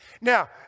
Now